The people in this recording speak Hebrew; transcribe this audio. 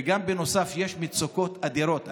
ובנוסף יש מצוקות אדירות.